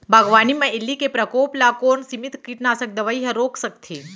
बागवानी म इल्ली के प्रकोप ल कोन सीमित कीटनाशक दवई ह रोक सकथे?